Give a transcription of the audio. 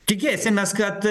tikėsimės kad